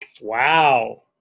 Wow